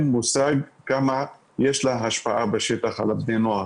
מושג כמה יש לה השפעה בשטח על בני הנוער.